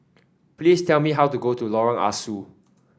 please tell me how to go to Lorong Ah Soo